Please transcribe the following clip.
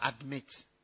admit